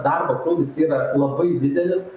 darbo krūvis yra labai didelis